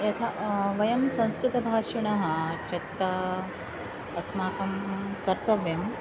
यथा वयं संस्कृतभाषिणः चेत् अस्माकं कर्तव्यम्